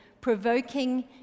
provoking